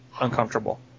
uncomfortable